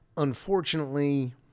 Unfortunately